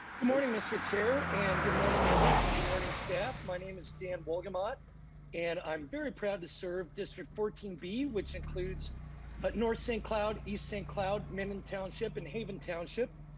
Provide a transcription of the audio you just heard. good morning, mister chair and good morning members and good morning staff, my name is dan wolgamott and i'm very proud to serve district fourteen b which includes but north saint cloud east saint cloud minn and township in haven township.